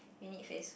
you need face soap